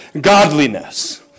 godliness